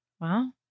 Wow